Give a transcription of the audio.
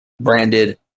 branded